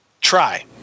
Try